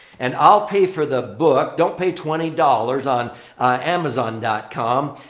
and i'll pay for the book. don't pay twenty dollars on amazon com.